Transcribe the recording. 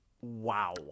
Wow